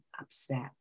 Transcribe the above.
upset